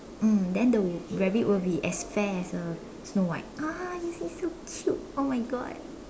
mm then the rabbit will be as fair as a snow white ah you see so cute oh my God